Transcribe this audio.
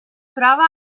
troba